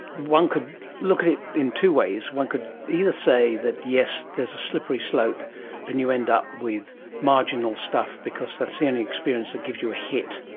one could look at it in two ways, one could either say that yes, there is a slippery slope and you end up with marginal stuff because that's the only experience that gives you a hit